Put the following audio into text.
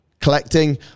collecting